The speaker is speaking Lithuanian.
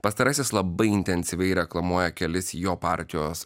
pastarasis labai intensyviai reklamuoja kelis jo partijos